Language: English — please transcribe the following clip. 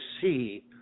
see